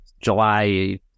July